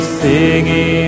singing